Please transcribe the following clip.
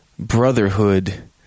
brotherhood